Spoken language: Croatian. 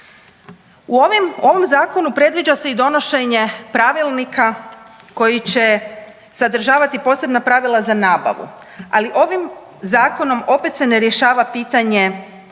U ovom Zakonu predviđa se i donošenje pravilnika koji će sadržavati posebna pravila za nabavu, ali ovim Zakonom opet se ne rješava pitanje